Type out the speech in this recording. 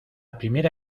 primera